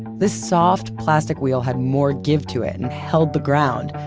this soft, plastic wheel had more give to it, and held the ground,